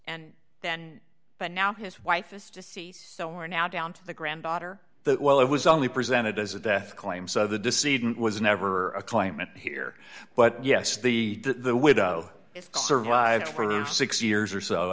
and then but now his wife is to see so we're now down to the granddaughter that well it was only presented as a death claim so the deceived was never a client here but yes the the widow survived for six years or so